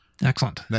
Excellent